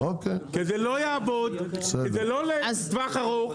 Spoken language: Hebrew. כי זה לא לטווח ארוך.